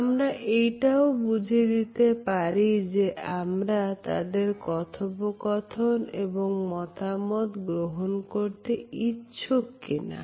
আমরা এটাও বুঝিয়ে দিতে পারি যে আমরা তাদের কথোপকথন এবং মতামত গ্রহণ করতে ইচ্ছুক কিনা